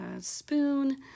spoon